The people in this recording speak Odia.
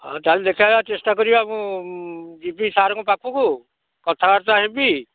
ହଉ ତା'ହେଲେ ଦେଖିବା ଚେଷ୍ଟା କରିବା ମୁଁ ଯିବି ସାର୍ଙ୍କ ପାଖକୁ କଥାବାର୍ତ୍ତା ହେବି